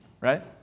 right